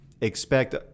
expect